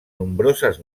nombroses